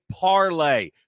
parlay